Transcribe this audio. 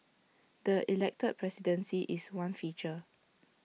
the elected presidency is one feature